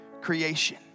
creation